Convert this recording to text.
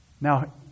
Now